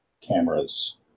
Cameras